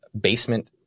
basement